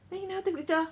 then you never take picture